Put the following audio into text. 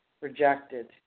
rejected